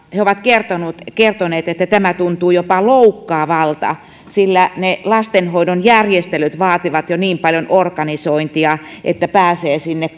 he ovat kertoneet kertoneet että tämä tuntuu jopa loukkaavalta sillä ne lastenhoidon järjestelyt vaativat jo niin paljon organisointia jotta pääsee sinne